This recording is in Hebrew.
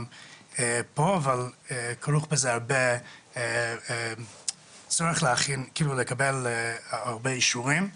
פה אבל כרוך בזה צורך לקבל הרבה אישורים.